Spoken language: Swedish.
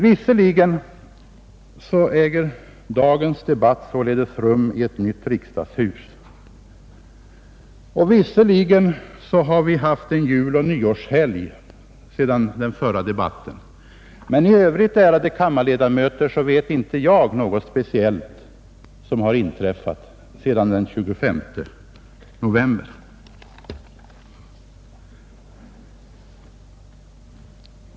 Visserligen äger dagens debatt rum i ett nytt riksdagshus, och visserligen har vi haft en juloch nyårshelg sedan den förra debatten, men i Övrigt, ärade kammarledamöter, vet jag inte något speciellt som har inträffat sedan den 25 november.